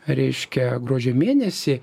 reiškia gruodžio mėnesį